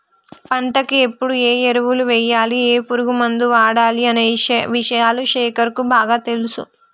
పంటకు ఎప్పుడు ఏ ఎరువులు వేయాలి ఏ పురుగు మందు వాడాలి అనే విషయాలు శేఖర్ కు బాగా తెలుసు